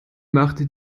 machte